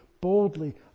boldly